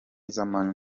z’amanywa